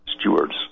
stewards